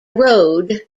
road